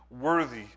worthy